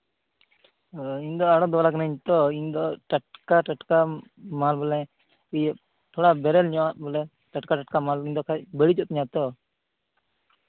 ᱚ ᱤᱧ ᱫᱚ ᱟᱲᱚᱛ ᱵᱟᱞᱟ ᱠᱟᱹᱱᱟᱹᱧ ᱛᱚ ᱤᱧ ᱫᱚ ᱴᱟᱴᱠᱟᱼᱴᱟᱴᱠᱟ ᱢᱟᱞ ᱵᱚᱞᱮ ᱤᱭᱟᱹ ᱛᱷᱚᱲᱟ ᱵᱮᱨᱮᱞ ᱧᱚᱜ ᱵᱚᱞᱮ ᱴᱟᱴᱠᱟ ᱢᱟᱞ ᱵᱚᱞᱮ ᱵᱟᱠᱷᱟᱱ ᱤᱧ ᱫᱚ ᱵᱟᱹᱲᱤᱡᱚᱜ ᱛᱤᱧᱟᱹ ᱛᱚ